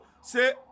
Say